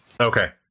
Okay